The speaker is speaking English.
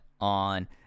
on